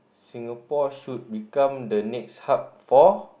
Singapore should become the next hub for